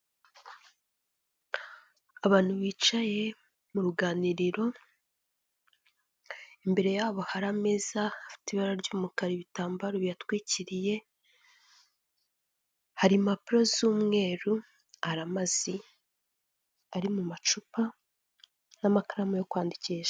Abantu bicaye mu ruganiriro, imbere yabo hari ameza afite ibara ry'umukara ibitambaro biyatwikiriye, hari impapuro z'umweru, hari amazi ari mu macupa n'amakaramu yo kwandikisha.